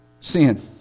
Sin